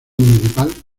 municipal